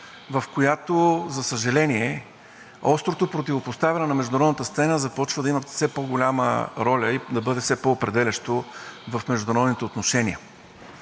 в която, за съжаление, острото противопоставяне на международната сцена започва да има все по-голяма роля и да бъде все по-определящо в международните отношения.